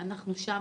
אנחנו שם,